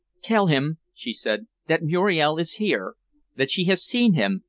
tell him, she said, that muriel is here that she has seen him,